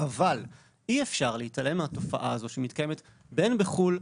אבל אי אפשר להתעלם מהתופעה הזאת שמתקיים בין בחו"ל,